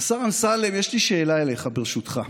השר אמסלם, יש לי שאלה אליך, ברשותך: